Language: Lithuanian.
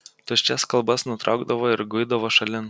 tuščias kalbas nutraukdavo ir guidavo šalin